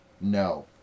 No